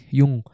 yung